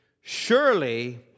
Surely